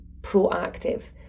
proactive